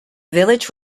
village